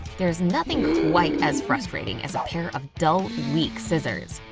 there's nothing quite as frustrating as a pair of dull, weak scissors.